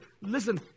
Listen